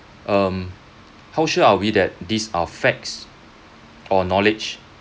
um how sure are we that these are facts or knowledge